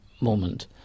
moment